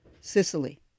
Sicily